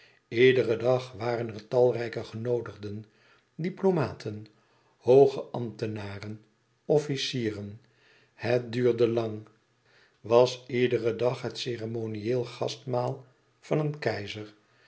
iederen dag waren er talrijke genoodigden diplomaten hooge ambtenaren officieren het duurde lang was iederen dag het ceremonieel gastmaal van een keizer